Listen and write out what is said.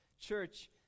Church